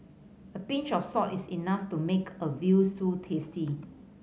a pinch of salt is enough to make a veal stew tasty